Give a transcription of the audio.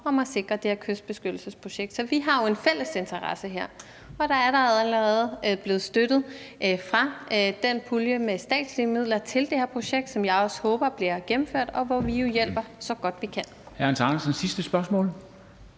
om at sikre det her kystbeskyttelsesprojekt. Så vi har jo en fælles interesse her. Og der er der allerede blevet støttet fra den pulje med statslige midler til det her projekt, som jeg også håber bliver gennemført, og hvor vi jo hjælper, så godt vi kan.